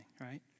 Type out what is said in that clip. right